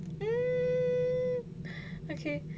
mm okay